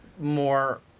more